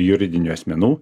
juridinių asmenų